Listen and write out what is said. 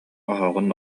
оһоҕун